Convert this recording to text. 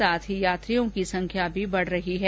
साथ ही यात्रियों की संख्या भी बढ रही है